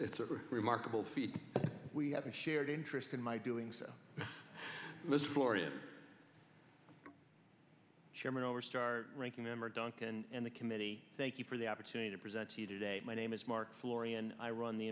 the remarkable feed we have a shared interest in my doings this floor in chairman over star ranking member duncan and the committee thank you for the opportunity to present to you today my name is mark florian i run the